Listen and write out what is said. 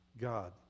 God